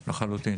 לחלוטין.